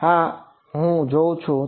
હા જોઉં છું